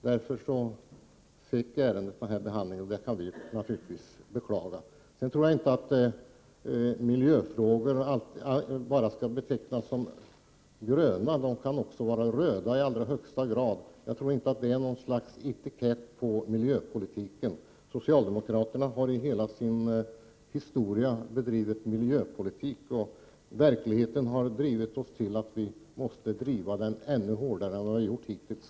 Därför fick ärendet denna behandling, vilken naturligtvis kan beklagas. Miljöfrågor skall inte bara betecknas som gröna — de kan också vara röda i allra högsta grad. Grönt är inte någon etikett på miljöpolitiken. Socialdemokraterna har under hela sin historia bedrivit miljöpolitik, och verkligheten har gjort att vi måste bedriva den ännu hårdare än hittills.